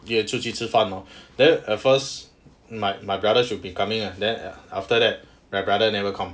也出去吃饭 mah then at first my my brother should be coming ah then after that my brother never come